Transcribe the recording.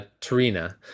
Tarina